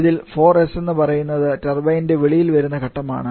അതിൽ 4s എന്നു പറയുന്നത് ടർബൈൻൻറെ വെളിയിൽ വരുന്ന ഘട്ടമാണ്